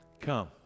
come